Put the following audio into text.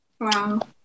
Wow